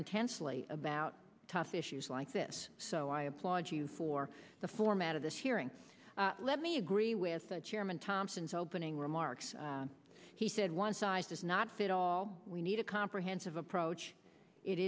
intensely about tough issues like this so i applaud you for the format of this hearing let me agree with the chairman thompson's opening remarks he said one size does not fit all we need a comprehensive approach it